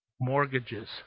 mortgages